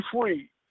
free